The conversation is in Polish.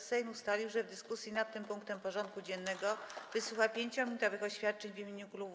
Sejm ustalił, że w dyskusji nad tym punktem porządku dziennego wysłucha 5-minutowych oświadczeń w imieniu klubów i kół.